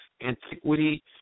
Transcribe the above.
antiquity